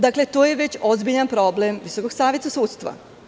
Dakle, to je već ozbiljan problem Visokog saveta sudstva.